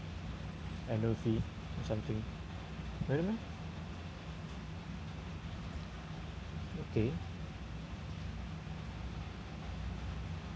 annual fee or something meh okay